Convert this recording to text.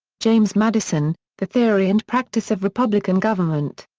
james madison the theory and practice of republican government.